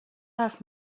حرف